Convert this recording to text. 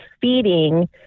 feeding